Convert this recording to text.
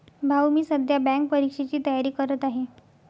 भाऊ मी सध्या बँक परीक्षेची तयारी करत आहे